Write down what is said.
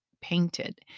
Painted